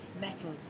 metal